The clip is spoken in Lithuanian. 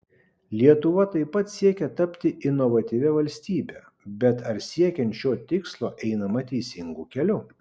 lietuva taip pat siekia tapti inovatyvia valstybe bet ar siekiant šio tikslo einama teisingu keliu